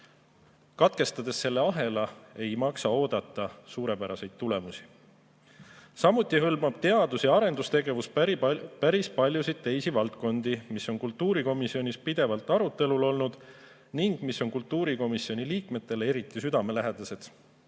Katkestanud selle ahela, ei maksa oodata suurepäraseid tulemusi. Teadus- ja arendustegevus hõlmab päris paljusid teisi valdkondi, mis on kultuurikomisjonis pidevalt arutelul olnud ning mis on kultuurikomisjoni liikmetele eriti südamelähedased.